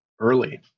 early